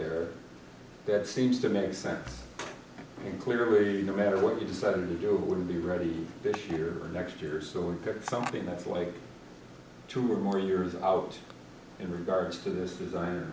there that seems to make sense and clearly no matter what you decide to do it will be ready this year or next year or so and pick something that's like two or more years out in regards to this desi